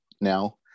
now